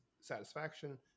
satisfaction